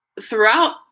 Throughout